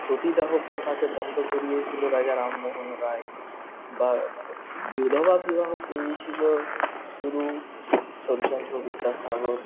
সতীদাহ প্রথাকে বন্ধ করিয়েছিল রাজা রামমোহন রায় বা বিধবা বিবাহ করিয়েছিল শুরু ইশ্বরচন্দ্র বিদ্যাসাগর